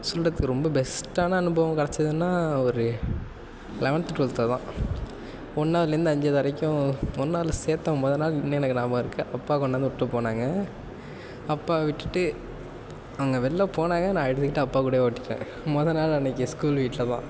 சொல்கிறதுக்கு ரொம்ப பெஸ்ட்டான அனுபவம் கிடைச்சிதுனா ஒரு லெவன்த்து டுவெல்த்து அதுதான் ஒன்றாவதுலேந்து அஞ்சாவது வரைக்கும் ஒன்றாவதுல சேர்த்த முத நாள் இன்னும் எனக்கு நியாபகம் இருக்குது அப்பா கொண்டு வந்து விட்டு போனாங்கள் அப்பா விட்டுட்டு அவங்க வெளில போனாங்க நான் அழுதுக்கிட்டு அப்பா கூடவே ஓடிட்டேன் முத நாள் அன்றைக்கு ஸ்கூல் வீட்டில தான்